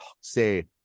say